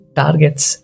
targets